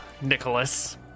Nicholas